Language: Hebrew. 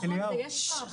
לגבי ההנשמה,